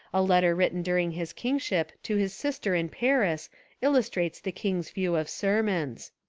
a letter written during his kingship to his sister in paris illustrates the king's view of sermons.